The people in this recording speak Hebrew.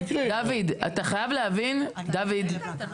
דוד, אתה חייב להבין --- אתה הקראת את הנוסח?